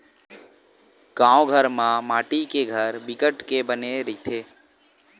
गाँव घर मन म माटी के घर बिकट के बने रहिथे